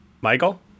Michael